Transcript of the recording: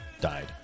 died